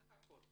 זה הכול.